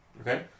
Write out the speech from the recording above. Okay